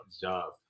job